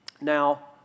Now